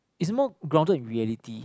is more grounded in reality